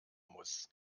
muss